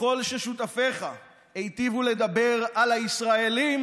וככל ששותפיך היטיבו לדבר על הישראלים